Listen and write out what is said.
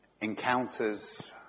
encounters